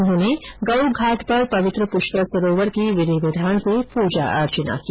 उन्होंने गउ घाट पर पवित्र पुष्कर सरोवर की विधि विधान से पूजा अर्चना की